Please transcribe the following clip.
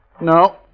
No